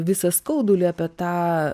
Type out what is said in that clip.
visą skaudulį apie tą